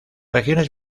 regiones